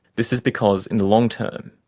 this is because, in the long term,